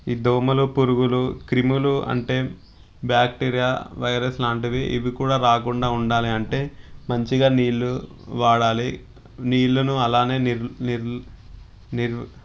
ఈ దోమలు పురుగులు క్రిములు అంటే బ్యాక్టీరియా వైరస్ ఇలాంటివి ఇవి కూడా రాకుండా ఉండాలి అంటే మంచిగా నీళ్ళు వాడాలి నీళ్ళను అలానే నిర్వ్ నిర్వ్ నిర్వ్